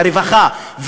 לרווחה,